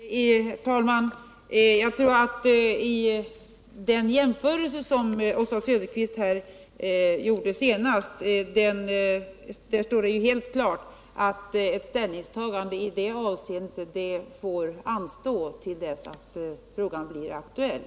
Herr talman! Bakgrunden till den jämförelse som Oswald Söderqvist gjorde ger klart vid handen att ett ställningstagande när det gäller PLO:s representation får anstå till dess att frågan blir aktuell.